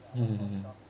mm